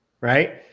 right